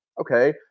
Okay